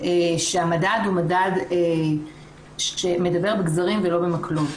שהמדד הוא מדד שמדבר בגזרים ולא במקלות.